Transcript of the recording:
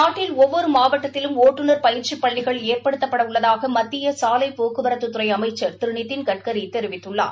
நாட்டில் ஒவ்வொரு மாவட்டத்திலும் ஒட்டுநர் பயிற்சி பள்ளிகள் ஏற்படுத்தப்பட உள்ளதாக மத்திய சாலை போக்குவரத்துத்துறை அமைச்சர் திரு நிதின்கட்கரி தெரிவித்துள்ளார்